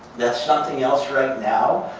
that something else right now,